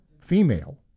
female